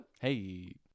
Hey